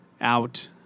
out